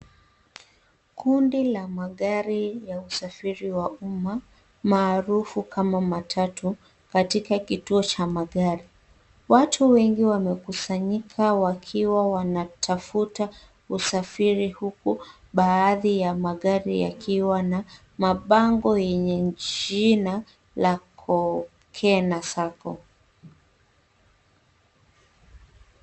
Kundi la magari ya usafiri wa umma maarufu kama matatu katika kituo cha magari. Watu wengi wamekusanyika wakiwa wanatafuta usafiri huku baadhi ya magari yakiwa na mabango yenye jina la Kukena sacco